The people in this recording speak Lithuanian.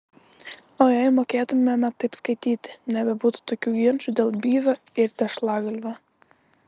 o jei mokėtumėme taip skaityti nebebūtų tokių ginčų dėl byvio ir tešlagalvio